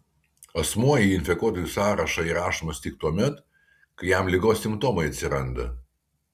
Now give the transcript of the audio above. asmuo į infekuotųjų sąrašą įrašomas tik tuomet kai jam ligos simptomai atsiranda